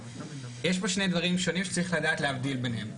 יש פה שני דברים שונים שצריך לדעת להבדיל ביניהם.